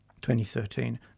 2013